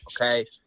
okay